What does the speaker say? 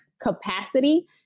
capacity